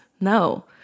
No